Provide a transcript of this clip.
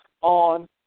on